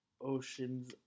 oceans